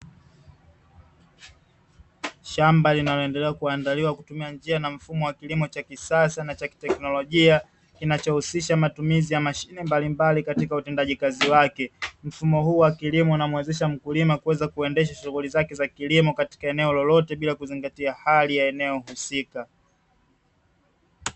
Shamba linaloendelea kuandaliwa kwa kutumia njia na mfumo wa kilimo cha kisasa na cha kiteknolojia, kinachohusisha matumizi ya mashine mbalimbali katika utendaji kazi wake. Mfumo huu wa kilimo unamuwezesha mkulima kuweza kuendesha shughuli zake za kilimo, katika eneo lolote bila kuzingatia hali ya eneo husika.